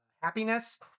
happiness